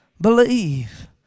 Believe